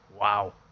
Wow